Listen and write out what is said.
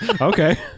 okay